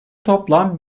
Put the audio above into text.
toplam